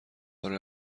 اره